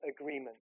agreement